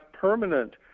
permanent